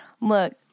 Look